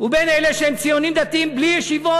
ובין אלה שהם ציונים דתיים בלי ישיבות,